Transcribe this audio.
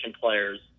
players